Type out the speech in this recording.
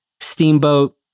Steamboat